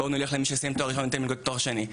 בואו נלך למי שסיים תואר ראשון וניתן מלגות לתואר שני,